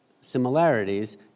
similarities